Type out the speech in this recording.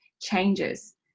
changes